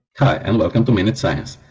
hi, and welcome to minute science!